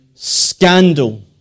Scandal